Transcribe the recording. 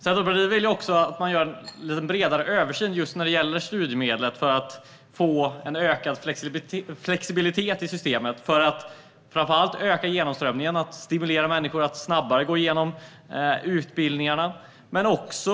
Centerpartiet vill att det ska göras en lite bredare översyn av studiemedlen för att man ska få en ökad flexibilitet i systemet. Det handlar framför allt om att öka genomströmningen, att stimulera människor så att de går igenom utbildningarna snabbare.